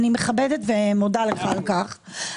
אני מכבדת ומודה לך על כך,